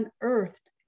unearthed